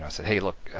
ah said hey, look,